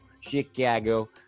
Chicago